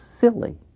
silly